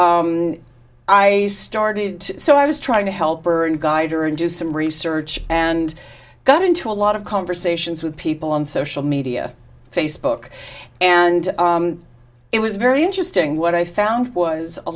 i started so i was trying to help her and guide her and do some research and got into a lot of conversations with people on social media facebook and it was very interesting what i found was a